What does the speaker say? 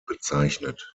bezeichnet